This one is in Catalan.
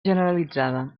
generalitzada